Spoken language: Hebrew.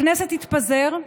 הכנסת תתפזר,